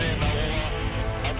בטבת התשפ"ד, 14 בדצמבר 2023,